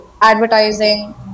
advertising